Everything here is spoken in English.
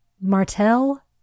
Martell